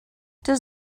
does